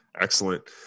Excellent